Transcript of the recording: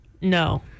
No